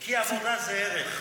כי עבודה זה ערך.